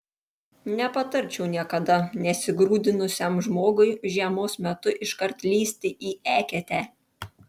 nepatarčiau niekada nesigrūdinusiam žmogui žiemos metu iškart lįsti į eketę